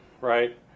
right